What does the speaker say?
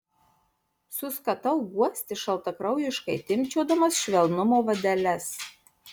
suskatau guosti šaltakraujiškai timpčiodamas švelnumo vadeles